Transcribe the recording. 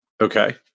Okay